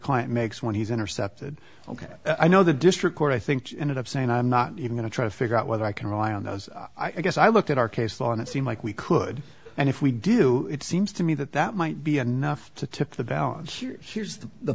client makes when he's intercepted ok i know the district court i think ended up saying i'm not even to try to figure out whether i can rely on those i guess i look at our case law and it seems like we could and if we do it seems to me that that might be enough to tip the balance here's he